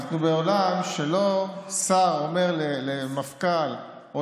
אנחנו בעולם ששר לא אומר למפכ"ל או